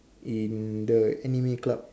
in the anime club